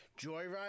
Joyride